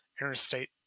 Interstate